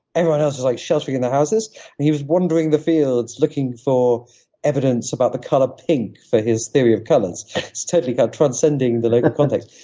everyone else is like sheltering in their houses and he was wandering the fields looking for evidence about the color pink for his theory of colors. he's totally transcending the local context.